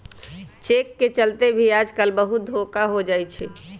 cheque के चलते भी आजकल बहुते धोखा हो जाई छई